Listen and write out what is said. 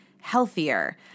healthier